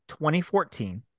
2014